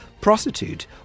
prostitute